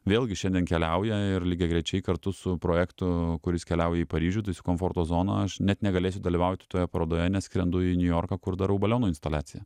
vėlgi šiandien keliauja ir lygiagrečiai kartu su projektu kuris keliauja į paryžių tai su komforto zona aš net negalėsiu dalyvauti toje parodoje nes skrendu į niujorką kur darau balionų instaliaciją